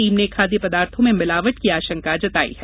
team ने खाद्य पदार्थों में मिलावट की आशंका जताई है